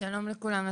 שלום לכולם.